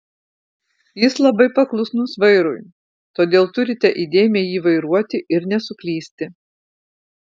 jis labai paklusnus vairui todėl turite įdėmiai jį vairuoti ir nesuklysti